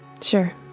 Sure